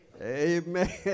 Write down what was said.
Amen